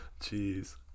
Jeez